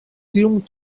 tiun